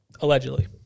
allegedly